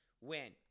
Win